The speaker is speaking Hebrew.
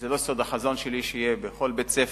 זה לא סוד שהחזון שלי הוא שיהיה בכל בית-ספר,